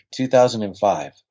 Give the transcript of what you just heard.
2005